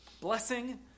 Blessing